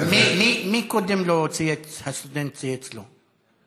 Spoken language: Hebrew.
מי קודם, הסטודנט צייץ לו?